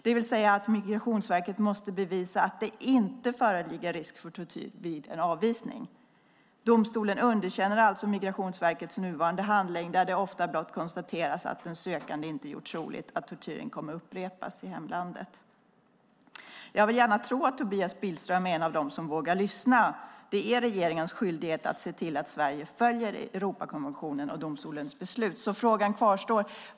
Med andra ord måste Migrationsverket bevisa att det inte föreligger risk för tortyr vid en avvisning. Domstolen underkänner alltså Migrationsverkets nuvarande handläggning där det ofta blott konstaterats att den sökande inte gjort troligt att tortyren kommer att upprepas i hemlandet. Jag vill gärna tro att Tobias Billström är en av dem som vågar lyssna. Det är regeringens skyldighet att se till att Sverige följer Europakonventionen och domstolens beslut. Frågan kvarstår alltså.